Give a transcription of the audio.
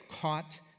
caught